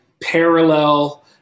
parallel